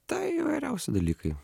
tai įvairiausi dalykai